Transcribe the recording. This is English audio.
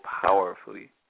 powerfully